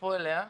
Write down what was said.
תצטרפו אליה,